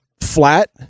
flat